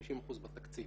50% בתקציב.